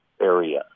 Area